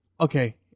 Okay